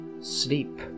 sleep